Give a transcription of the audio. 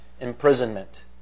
imprisonment